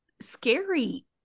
scary